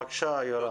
בבקשה יוראי.